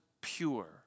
pure